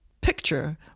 picture